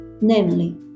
namely